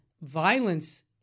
violence